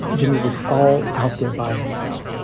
jimmy was all out there by himself.